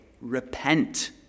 repent